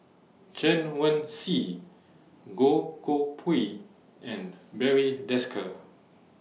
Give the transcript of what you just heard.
Chen Wen Hsi Goh Koh Pui and Barry Desker